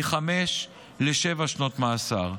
מחמש לשבע שנות מאסר.